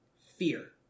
Fear